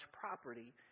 property